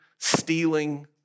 stealing